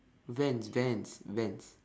Vans Vans Vans